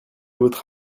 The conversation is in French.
votre